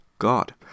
God